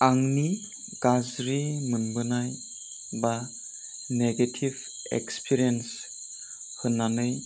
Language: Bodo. आंनि गाज्रि मोनबोनाइ बा नेगेटिब एक्सपीरिन्स होन्नानै